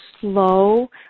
slow